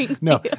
No